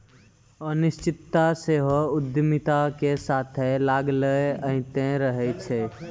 अनिश्चितता सेहो उद्यमिता के साथे लागले अयतें रहै छै